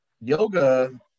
Yoga